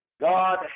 God